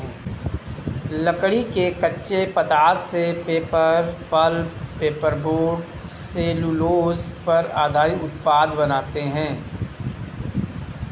लकड़ी के कच्चे पदार्थ से paper, pulp, paper board, cellulose पर आधारित उत्पाद बनाते हैं